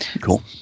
cool